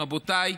רבותיי,